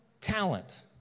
talent